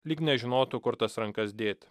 lyg nežinotų kur tas rankas dėt